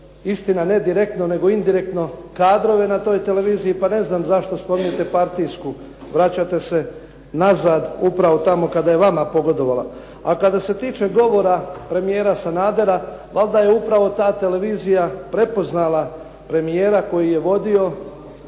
istina ne direktno, nego indirektno, kadrove na toj televiziji, pa ne znam zašto spominjete partijsku. Vraćate se nazad upravo tamo kada je vama pogodovala. A kada se tiče govora premijera Sanadera, valjda je upravo ta televizija prepoznala premijera koji je vodio